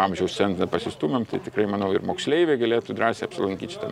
amžiaus cenzą pasistūmėm tai tikrai manau ir moksleiviai galėtų drąsiai apsilankyt šitam